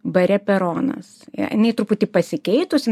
bare peronas jinai truputį pasikeitus